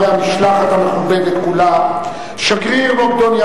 גם עתירה לבג"ץ, שטרם נדונה.